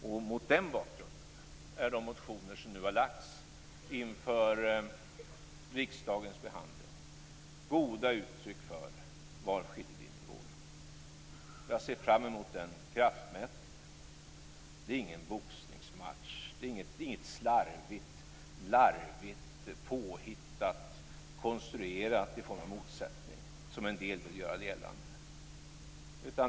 Det är mot den bakgrunden som de motioner som nu har väckts inför riksdagens behandling är goda uttryck för var skiljelinjen går. Jag ser fram emot den kraftmätningen. Det är ingen boxningsmatch. Det är inget slarvigt, larvigt, påhittat, konstruerat i form av motsättningar - som en del vill göra gällande.